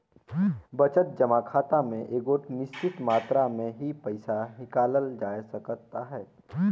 बचत जमा खाता में एगोट निच्चित मातरा में ही पइसा हिंकालल जाए सकत अहे